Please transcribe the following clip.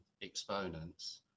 exponents